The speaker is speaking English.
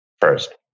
first